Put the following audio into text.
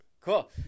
cool